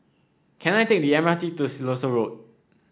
can I take the M R T to Siloso Road